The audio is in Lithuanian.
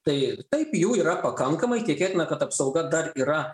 tai taip jų yra pakankamai tikėtina kad apsauga dar yra